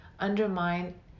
undermine